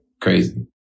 crazy